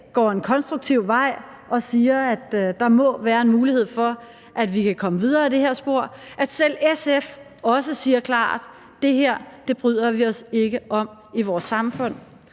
går en konstruktiv vej og siger, at der må være en mulighed for, at vi kan komme videre ad det her spor, og at selv SF også siger klart: Det her bryder vi os ikke om i vores samfund.